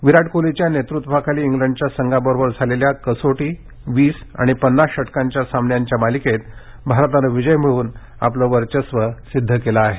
विराट कोहलीच्या नेतृत्वाखाली इंग्लंडच्या संघाबरोबर झालेल्या कसोटी वीस आणि पन्नास षटकांच्या सामन्यांच्या मालिकेत भारतानं विजय मिळवून आपलं वर्चस्व सिद्ध केलं आहे